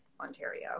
Ontario